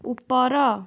ଉପର